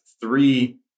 three